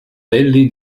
belli